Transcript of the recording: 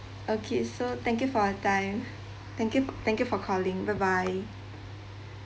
okay so thank you for your time thank you thank you for calling bye bye